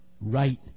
right